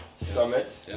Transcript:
summit